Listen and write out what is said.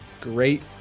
great